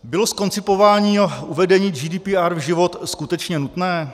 Bylo zkoncipování a uvedení GDPR v život skutečně nutné?